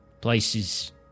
Places